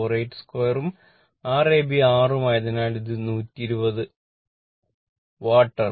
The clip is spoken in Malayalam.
48 2 ഉം R ab6 ഉം ആയതിനാൽ ഇത് 120 വാട്ട് ആണ്